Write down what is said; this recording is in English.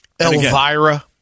Elvira